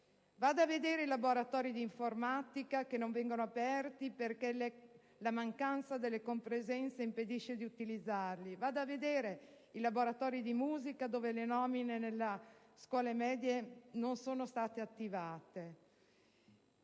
Vada a vedere i laboratori di informatica, che non vengono aperti perché la mancanza delle compresenze impedisce di utilizzarli; vada a vedere i laboratori di musica dove le nomine nelle scuole medie non sono state attivate.